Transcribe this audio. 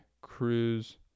cruise